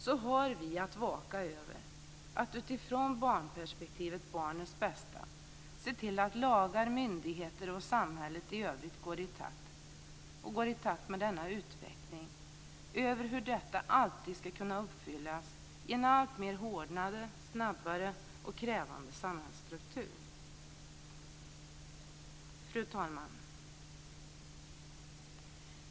Därför har vi att i barnperspektivet "barnets bästa" vaka över och se till att lagar, myndigheter och samhället i övrigt går i takt med denna utveckling. Vi måste se till hur detta alltid ska kunna uppfyllas i en alltmer hårdnande, allt snabbare och alltmer krävande samhällsstruktur. Fru talman!